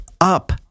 up